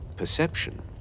Perception